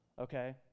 okay